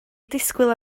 disgwyl